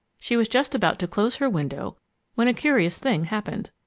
she was just about to close her window when a curious thing happened.